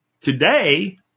Today